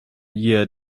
year